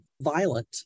violent